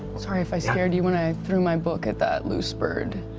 sorry if i scared you when i threw my book at that loose bird.